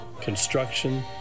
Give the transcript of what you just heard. construction